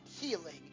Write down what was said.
healing